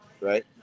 right